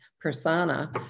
persona